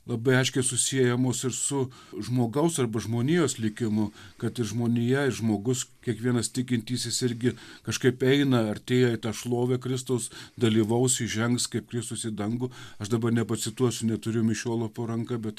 labai aiškiai susiejamos ir su žmogaus arba žmonijos likimu kad žmonija ir žmogus kiekvienas tikintysis irgi kažkaip eina artėja į tą šlovę kristaus dalyvaus įžengs kaip kristus į dangų aš dabar nepacituosiu neturiu mišiolo po ranka bet